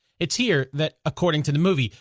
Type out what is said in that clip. it's here that, according to the movie,